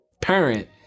parent